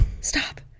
Stop